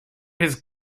his